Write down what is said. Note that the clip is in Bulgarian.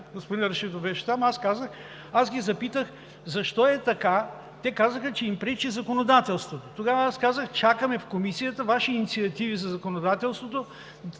господин Рашидов беше там, аз ги запитах защо е така. Те казаха, че им пречи законодателството. Тогава аз казах: чакаме в Комисията Ваши инициативи за законодателството,